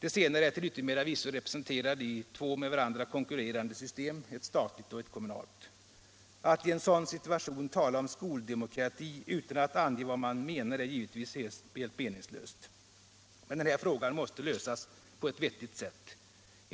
De senare är till yttermera visso representerade i två med varandra konkurrerande system: ett statligt och ett kommunalt. Att i en sådan situation tala om skoldemokrati utan att ange vad man menar är givetvis helt meningslöst. Men den här frågan måste lösas på ett vettigt sätt.